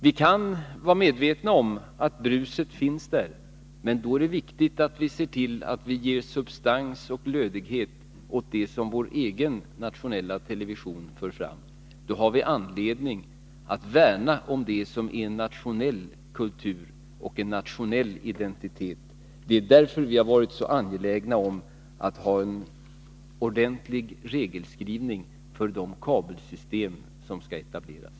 Vi kan vara medvetna om att bruset finns där, men då är det viktigt att vi ser till att vi ger substans och lödighet åt det som vår egen nationella television för fram. Då har vi anledning att värna om det som är en nationell kultur och en nationell identitet. Det är därför vi har varit så angelägna att ha en ordentlig regelskrivning för de kabelsystem som skall etableras.